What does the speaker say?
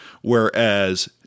whereas